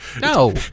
No